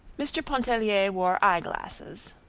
mr. pontellier wore eye-glasses.